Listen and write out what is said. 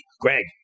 Greg